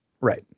right